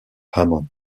hammond